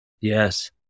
Yes